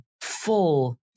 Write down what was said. full